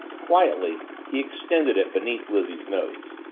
quietly he extended it beneath lizzie's nose.